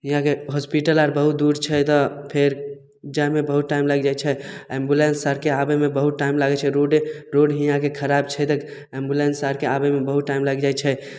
हिआँके hospital आर बहुत दूर छै तऽ फेर जाइमे बहुत टाइम लागि जाइ छै एम्बुलेन्स आरके आबैमे बहुत टाइम लागै छै रोडे रोड हिआँके खराब छै तऽ एम्बुलेन्स आरके आबैमे बहुत टाइम लागि जाइ छै